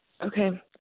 Okay